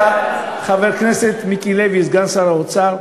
חבר הכנסת מיקי לוי, סגן שר האוצר,